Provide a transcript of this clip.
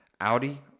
Audi